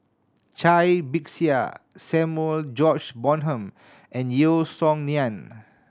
Cai Bixia Samuel George Bonham and Yeo Song Nian